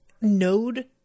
node